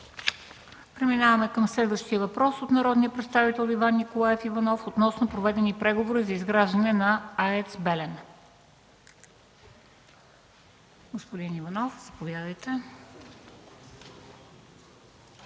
Преминаваме към следващия въпрос от народния представител Иван Николаев Иванов относно проведени преговори за изграждане на АЕЦ „Белене”. ИВАН Н.